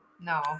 No